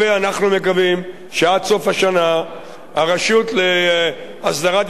שעד סוף השנה הרשות להסדרת התיישבות הבדואים בנגב